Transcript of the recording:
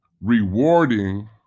rewarding